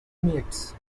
meets